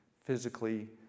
physically